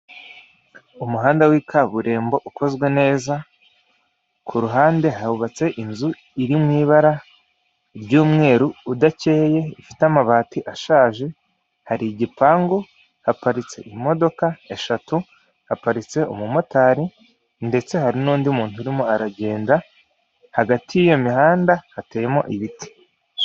Umuhanda w'ikaburimo ukozwe neza ku ruhande hubatse inzu iri mu ibara ry'umweru udakeye ifite amabati ashaje, hari igipangu, haparitse imodoka eshatu, haparitse umumotari ndetse hari n'undi muntu urimo aragenda hagati yiyo mihanda hateyemo ibiti.